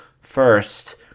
first